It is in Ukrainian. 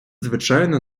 звичайно